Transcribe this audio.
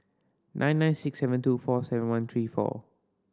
nine nine six seven two four seven one three four